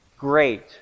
great